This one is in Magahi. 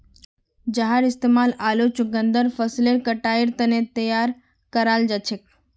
जहार इस्तेमाल आलू चुकंदर फसलेर कटाईर तने तैयार कराल जाछेक